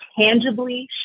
tangibly